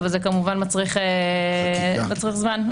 אבל זה כמובן מצריך זמן -- חקיקה.